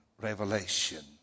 revelation